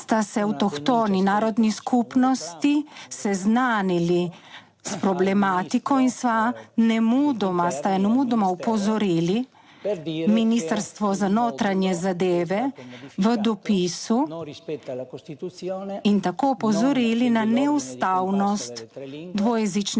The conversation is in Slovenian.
sta se avtohtoni narodni skupnosti seznanili s problematiko in sva nemudoma, sta jo nemudoma opozorili Ministrstvo za notranje zadeve v dopisu in tako opozorili na neustavnost dvojezičnih